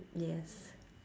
yes